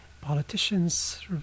politicians